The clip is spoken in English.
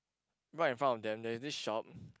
right in front of them there is this shop